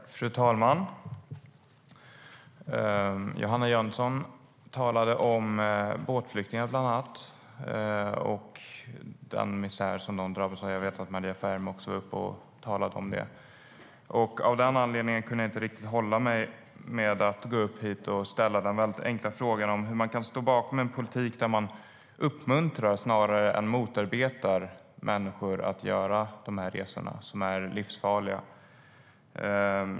Fru talman! Johanna Jönsson talade om båtflyktingar, bland annat, och den misär som de drabbas av. Jag vet att Maria Ferm också var uppe och talade om det. Av den anledningen kunde jag inte riktigt hålla mig från att gå upp hit och ställa den väldigt enkla frågan: Hur kan man stå bakom en politik där man uppmuntrar, snarare än motarbetar, människor att göra de här resorna, som är livsfarliga?